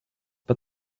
but